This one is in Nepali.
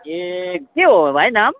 ए के हो भाइ नाम